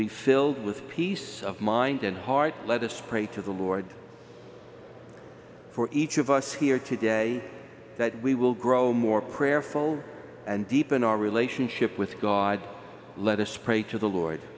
be filled with peace of mind and heart let us pray to the lord for each of us here today that we will grow more prayerful and deepen our relationship with god let us pray to the lord